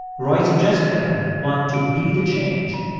royce and jessica want to be the change,